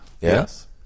Yes